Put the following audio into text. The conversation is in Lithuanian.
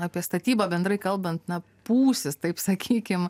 apie statybą bendrai kalbant na pūsis taip sakykim